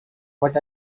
what